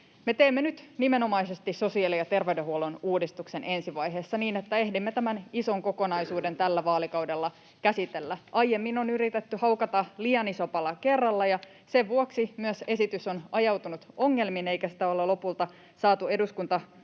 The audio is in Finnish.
teemme nyt nimenomaisesti sosiaali- ja ter-veydenhuollon uudistuksen ensi vaiheessa niin, että ehdimme tämän ison kokonaisuuden tällä vaalikaudella käsitellä. Aiemmin on yritetty haukata liian iso pala kerralla, ja sen vuoksi myös esitys on ajautunut ongelmiin eikä sitä olla saatu lopulta